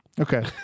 okay